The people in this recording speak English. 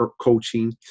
coaching